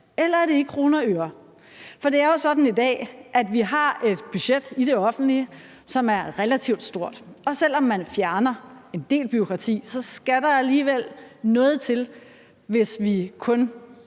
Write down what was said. eller om det er i kroner og øre. Det er jo sådan i dag, at vi har et budget i det offentlige, som er relativt stort, og selv om man fjerner en del bureaukrati, skal der alligevel noget til, hvis vi kun